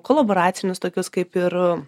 kolaboracinius tokius kaip ir